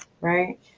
right